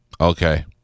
Okay